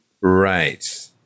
Right